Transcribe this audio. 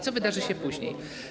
Co wydarzy się później?